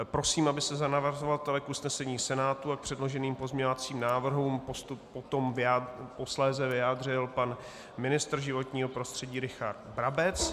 Prosím, aby se za navrhovatele k usnesení Senátu a k předloženým pozměňovacím návrhům posléze vyjádřil pan ministr životního prostředí Richard Brabec.